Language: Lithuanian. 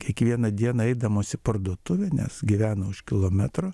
kiekvieną dieną eidamos į parduotuvę nes gyvena už kilometro